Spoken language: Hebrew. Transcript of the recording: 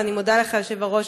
ואני מודה לך, היושב-ראש,